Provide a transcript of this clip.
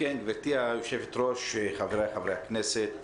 גברתי היושבת-ראש, חבריי חברי הכנסת,